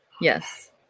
Yes